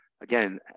Again